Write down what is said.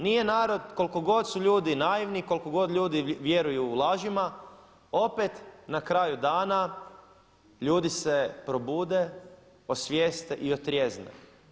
Nije narod koliko su ljudi naivni, koliko god ljudi vjeruju u lažima opet na kraju dana ljudi se probude, osvijeste i otrijezne.